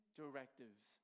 directives